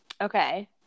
Okay